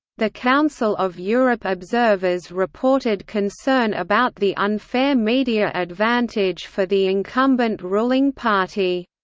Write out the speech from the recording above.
the council of europe observers reported concern about the unfair media advantage for the incumbent ruling party.